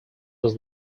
was